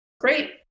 great